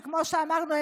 שכמו שאמרנו,